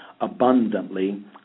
abundantly